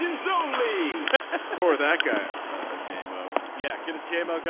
solely for that guy. ah jamie oh yeah. get a jamie. go.